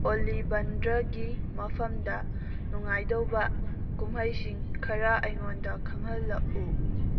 ꯑꯣꯂꯤ ꯕꯟꯗ꯭ꯔꯥꯒꯤ ꯃꯐꯝꯗ ꯅꯨꯡꯉꯥꯏꯗꯧꯕ ꯀꯨꯝꯍꯩꯁꯤꯡ ꯈꯔ ꯑꯩꯉꯣꯟꯗ ꯈꯪꯍꯜꯂꯛꯎ